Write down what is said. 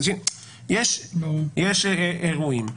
יש אירועים.